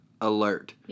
alert